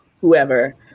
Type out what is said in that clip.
whoever